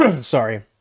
sorry